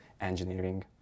engineering